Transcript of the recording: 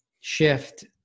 shift